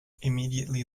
immediately